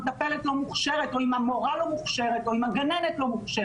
המטפלת לא מוכשרת או אם המורה לא מוכשרת או אם הגננת לא מוכשרת,